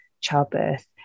childbirth